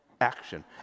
action